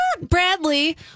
Bradley